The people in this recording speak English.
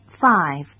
five